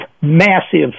massive